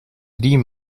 drie